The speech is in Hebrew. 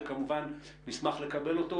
וכמובן נשמח לקבל אותו.